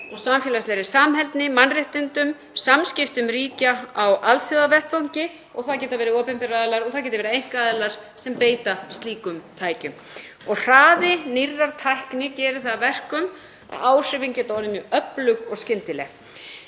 samfélagslegri samheldni, mannréttindum, samskiptum ríkja á alþjóðavettvangi og það geta verið opinberir aðilar og það geta verið einkaaðilar sem beita slíkum tækjum. Hraði nýrrar tækni gerir það að verkum að áhrifin geta orðið mjög öflug og skyndileg.